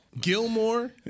Gilmore